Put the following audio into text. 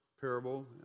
parable